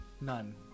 None